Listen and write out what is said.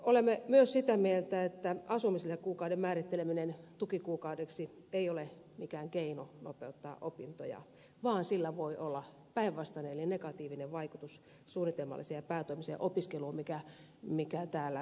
olemme myös sitä mieltä että asumislisäkuukauden määritteleminen tukikuukaudeksi ei ole mikään keino nopeuttaa opintoja vaan sillä voi olla päinvastainen eli negatiivinen vaikutus suunnitelmalliseen ja päätoimiseen opiskeluun joka täällä esimerkiksi ed